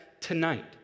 tonight